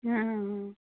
हाँ हाँ